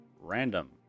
Random